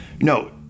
No